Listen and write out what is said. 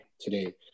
today